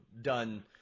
done